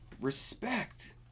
Respect